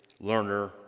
learner